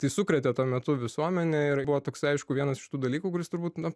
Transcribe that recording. tai sukrėtė tuo metu visuomenę ir buvo toks aišku vienas iš tų dalykų kuris turbūt nu